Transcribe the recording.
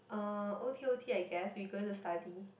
uh o_t_o_t I guess we going to study